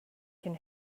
can